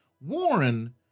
Warren